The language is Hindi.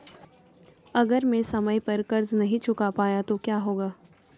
अगर मैं समय पर कर्ज़ नहीं चुका पाया तो क्या होगा?